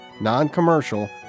Non-Commercial